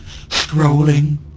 Scrolling